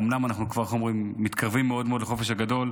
אומנם אנחנו כבר מתקרבים מאוד מאוד לחופש הגדול,